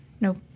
Nope